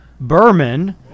Berman